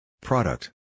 Product